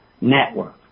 network